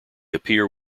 appear